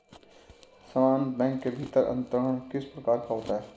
समान बैंक के भीतर अंतरण किस प्रकार का होता है?